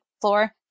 floor